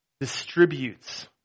distributes